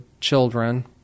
children